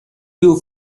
you